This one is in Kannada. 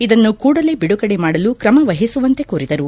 ಇದನ್ನು ಕೂಡಲೇ ಬಿಡುಗಡೆ ಮಾಡಲು ಕ್ರಮ ವಹಿಸುವಂತೆ ಕೋರಿದರು